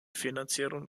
finanzierung